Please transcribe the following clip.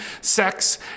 sex